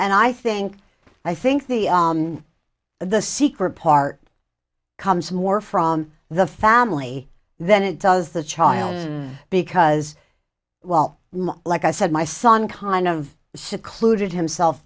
and i think i think the the secret part comes more from the family than it does the child because well like i said my son kind of secluded himself